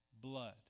blood